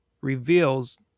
reveals